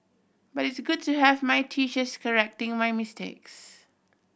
but it's good to have my teachers correcting my mistakes